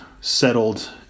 settled